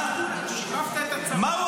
רגע, שיבחת את הצבא.